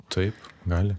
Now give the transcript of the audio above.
taip gali